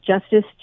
justice